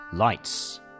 Lights